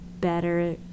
better